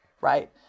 right